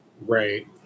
Right